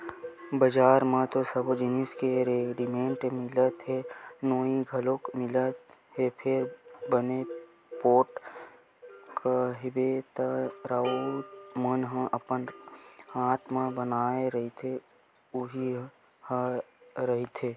बजार म तो सबे जिनिस ह रेडिमेंट मिलत हे नोई घलोक मिलत हे फेर बने पोठ कहिबे त राउत मन ह अपन हात म बनाए रहिथे उही ह रहिथे